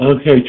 Okay